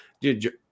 dude